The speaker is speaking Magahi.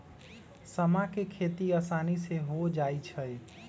समा के खेती असानी से हो जाइ छइ